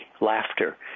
laughter